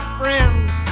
friends